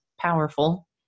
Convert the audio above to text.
powerful